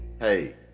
hey